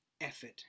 effort